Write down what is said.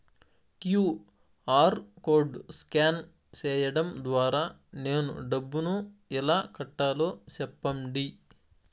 QR code scan సేయడం ద్వారా నేను డబ్బును ఎలా కట్టాలో సెప్పండి?